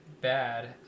bad